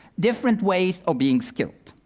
different ways of being skilled.